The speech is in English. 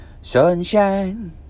Sunshine